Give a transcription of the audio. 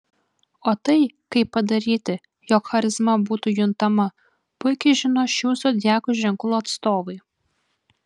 o tai kaip padaryti jog charizma būtų juntama puikiai žino šių zodiako ženklų atstovai